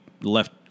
left